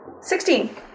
Sixteen